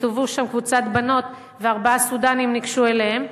הסתובבה שם קבוצת בנות וארבעה סודנים ניגשו אליהן.